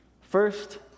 First